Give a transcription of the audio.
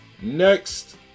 Next